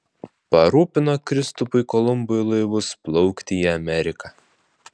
parūpino kristupui kolumbui laivus plaukti į ameriką